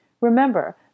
Remember